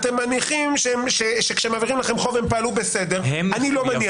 אתם מניחים שכשמעבירים לכם חוב הם פעלו בסדר אני לא מניח את זה.